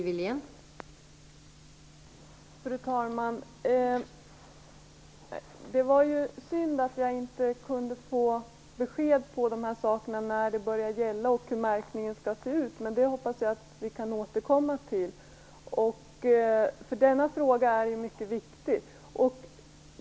Fru talman! Det var synd att jag inte kunde få besked om när det börjar gälla och hur märkningen skall se ut. Men jag hoppas att vi kan återkomma till det, eftersom denna fråga är mycket viktig.